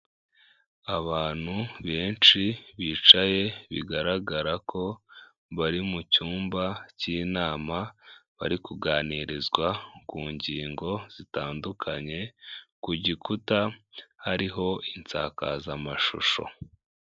Abantu benshi bicaye bigaragara ko bari mu cyumba cy'inama, bari kuganirizwa ku ngingo zitandukanye, ku gikuta hariho insakazamashusho.